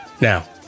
now